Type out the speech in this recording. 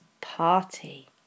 party